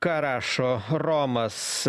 ką rašo romas